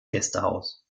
gästehaus